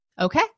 Okay